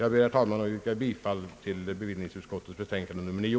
Jag ber, herr talman, att få yrka bifall till utskottets hemställan i dess betänkande nr 9.